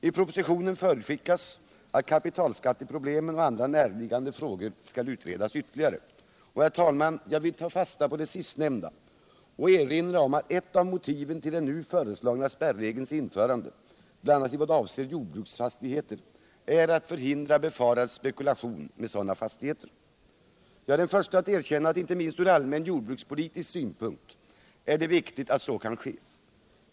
I propositionen förutskickas att kapitalskatteproblemen och andra närliggande frågor skall utredas ytterligare. Herr talman! Jag vill ta fasta på det sistnämnda och erinra om att ett av motiven till den nu föreslagna spärregelns införande, bl.a. i vad avser jordbruksfastigheter, är att förhindra befarad spekulation med sådana fastigheter. Jag är den förste att erkänna att det inte minst ur allmän jordbrukspolitisk synpunkt är viktigt att så kan ske.